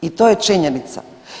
I to je činjenica.